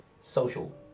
Social